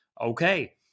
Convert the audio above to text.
Okay